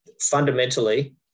Fundamentally